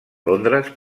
londres